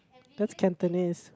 that's Cantonese